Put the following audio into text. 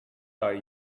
are